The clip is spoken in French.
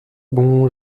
bon